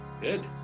Good